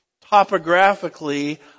topographically